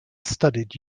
studied